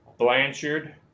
Blanchard